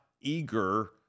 eager